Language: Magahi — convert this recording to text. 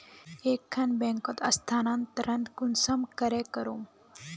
एक खान बैंकोत स्थानंतरण कुंसम करे करूम?